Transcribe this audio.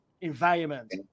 environment